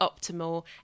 optimal